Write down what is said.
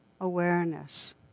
awareness